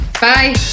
Bye